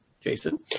Jason